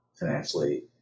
financially